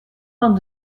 van